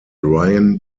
ryan